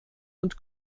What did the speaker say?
und